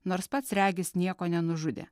nors pats regis nieko nenužudė